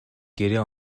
гэрээ